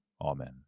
Amen